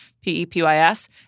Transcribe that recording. P-E-P-Y-S